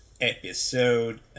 episode